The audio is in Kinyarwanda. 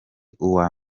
uwa